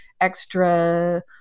extra